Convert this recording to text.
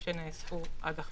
ונשמח להתייחס לשתי נקודות